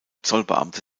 zollbeamte